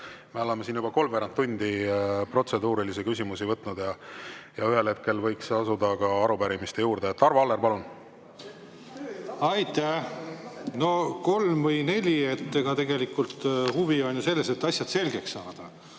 Me oleme siin juba kolmveerand tundi protseduurilisi küsimusi käsitlenud, ühel hetkel võiks asuda arupärimiste juurde. Arvo Aller, palun! Aitäh! No kolm või neli … Tegelikult huvi on ju selles, et asjad selgeks saada.